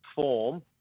form